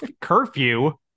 Curfew